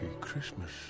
Christmas